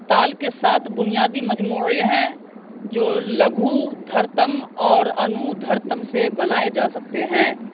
تال کے سات بنیادی مجموعے ہیں جو لگھو دھرتم اور انودھرتم سے بنائے جا سکتے ہیں